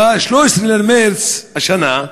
ב-13 במרס השנה,